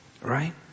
Right